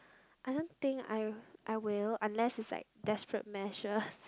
I don't think I I will unless is like desperate measures